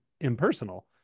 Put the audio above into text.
impersonal